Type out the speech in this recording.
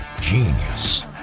genius